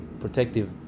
protective